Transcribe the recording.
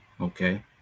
Okay